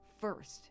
first